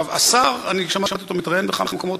השר, שמעתי אותו מתראיין בכמה מקומות.